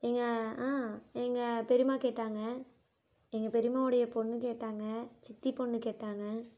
எங்கள் ஆ எங்கள் பெரியம்மா கேட்டாங்க எங்கள் பெரிம்மாவோடைய பொண்ணு கேட்டாங்க சித்தி பொண்ணு கேட்டாங்க